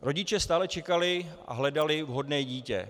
Rodiče stále čekali a hledali vhodné dítě.